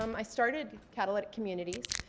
um i started catalytic communities.